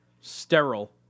Sterile